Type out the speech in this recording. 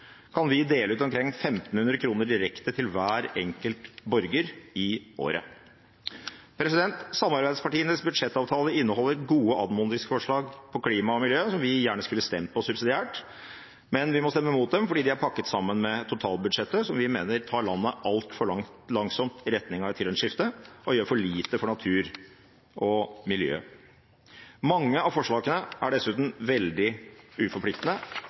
kan vi dele ut omkring 1 500 kr direkte til hver enkelt borger i året. Samarbeidspartienes budsjettavtale inneholder gode anmodningsforslag på klima og miljø som vi gjerne skulle stemt på subsidiært. Men vi må stemme imot dem fordi de er pakket sammen med totalbudsjettet, som vi mener tar landet altfor langsomt i retning av et grønt skifte og gjør for lite for natur og miljø. Mange av forslagene er dessuten veldig uforpliktende